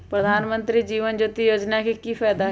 प्रधानमंत्री जीवन ज्योति योजना के की फायदा हई?